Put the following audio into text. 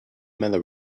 matter